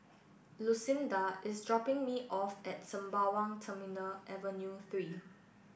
Lucinda is dropping me off at Sembawang Terminal Avenue three